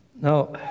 Now